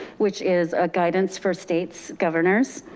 which is a guidance for states governors.